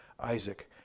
Isaac